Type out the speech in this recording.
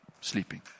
sleeping